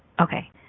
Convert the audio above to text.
Okay